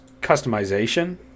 customization